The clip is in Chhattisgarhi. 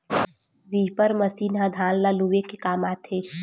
रीपर मसीन ह धान ल लूए के काम आथे